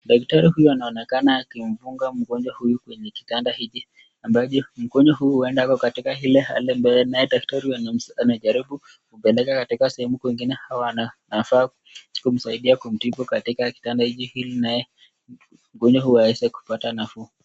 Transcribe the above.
Daktari huyu anaonekana akimfunga mgonjwa huyu kwenye kitanda hiki ambacho mkono huu huendako katika ile pale mbele ambalo nae daktari anajaribu kumuweka katika sehemu kwingine au anafaa kumsaidia kumtibu katika kitanda hiki hili nae mgonjwa huyu aweze kupata nafuu.